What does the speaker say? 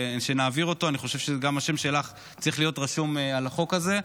כשנעביר אותו אני חושב שגם השם שלך צריך להיות רשום על החוק הזה.